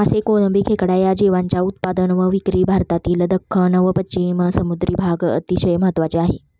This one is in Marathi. मासे, कोळंबी, खेकडा या जीवांच्या उत्पादन व विक्री भारतातील दख्खन व पश्चिम समुद्री भाग अतिशय महत्त्वाचे आहे